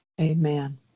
Amen